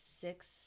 six